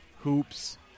hoops